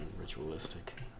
ritualistic